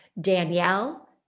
Danielle